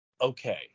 okay